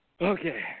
Okay